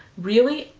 really,